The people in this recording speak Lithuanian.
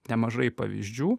nemažai pavyzdžių